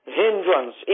hindrance